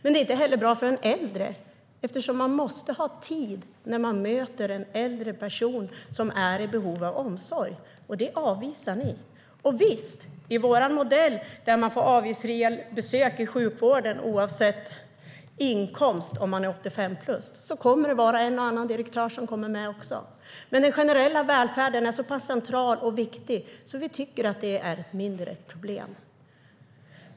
Det är inte heller bra för den äldre, för man måste ha tid när man möter en äldre person som är i behov av omsorg. Det avvisar ni. I vår modell får man avgiftsfria besök i sjukvården oavsett inkomst om man är 85 plus. En och annan direktör kommer också att komma med, men den generella välfärden är så pass central och viktig att vi tycker att det är ett mindre problem.